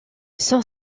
son